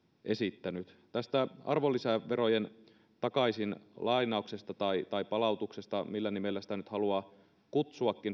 esittänyt tästä arvonlisäverojen takaisinlainauksesta tai tai palautuksesta millä nimellä sitä nyt haluaakin kutsua